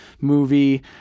movie